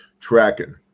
tracking